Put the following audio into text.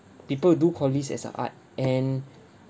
people do call this as a art and